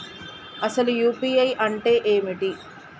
అసలు యూ.పీ.ఐ అంటే ఏమిటి?